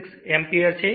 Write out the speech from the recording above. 866 ampere છે